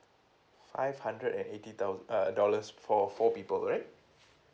five hundred and eighty thous~ err dollars for four people right